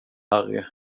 harry